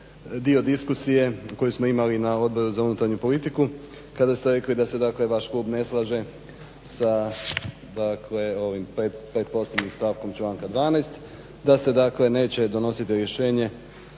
dio diskusije koji smo imali na Odboru za unutarnju politiku kada ste rekli da se, dakle vaš klub ne slaže sa, dakle ovim pretposljednjim stavkom članka 12. da se, dakle neće donositi rješenje